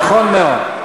נכון מאוד.